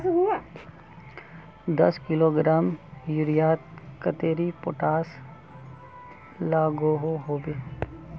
दस किलोग्राम यूरियात कतेरी पोटास लागोहो होबे?